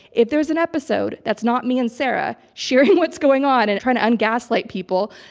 if there's an episode that's not me and sarah sharing what's going on and trying to un-gaslight people,